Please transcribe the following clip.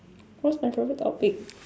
what's my favourite topic